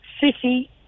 city